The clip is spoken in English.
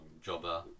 jobber